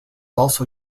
also